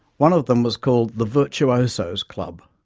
one of them was called the virtuoso's club.